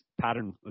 pattern